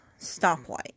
stoplight